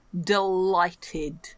delighted